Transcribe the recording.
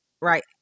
Right